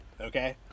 okay